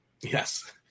Yes